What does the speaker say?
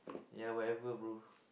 ya whatever bro